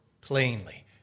plainly